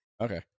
Okay